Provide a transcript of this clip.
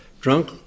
drunk